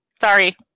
sorry